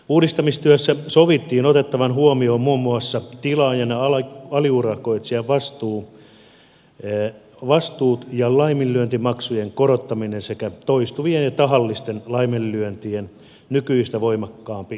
uudistamistyössä sovittiin otettavaksi huomioon muun muassa tilaajan ja aliurakoitsijan vastuut ja laiminlyöntimaksujen korottaminen sekä toistuvien ja tahallisten laiminlyöntien nykyistä voimakkaampi sanktiointi